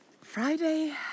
Friday